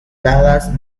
dallas